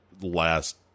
last